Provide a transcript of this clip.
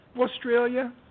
Australia